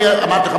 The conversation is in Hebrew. אני אמרתי לך,